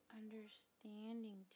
understanding